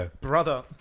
Brother